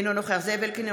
אינו נוכח זאב אלקין,